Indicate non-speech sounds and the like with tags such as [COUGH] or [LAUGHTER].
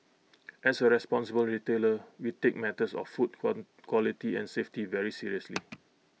as A responsible retailer we take matters of food [UNINTELLIGIBLE] quality and safety very seriously